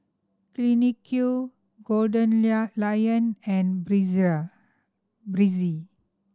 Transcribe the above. Clinique Gold lion and Breezer